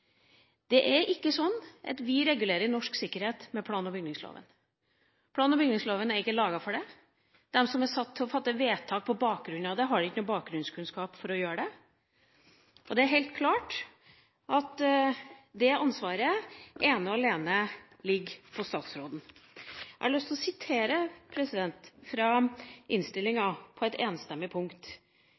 Det er ikke sånn at vi regulerer norsk sikkerhet med plan- og bygningsloven. Plan- og bygningsloven er ikke laget for det. De som er satt til å fatte vedtak på bakgrunn av det, har ikke noe bakgrunnskunnskap for å gjøre det. Det er helt klart at det ansvaret ene og alene ligger hos statsråden. Jeg har lyst til å sitere fra innstillinga – på et enstemmig punkt